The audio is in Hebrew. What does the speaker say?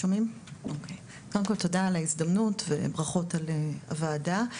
קודם כל תודה על ההזדמנות וברכות על הוועדה.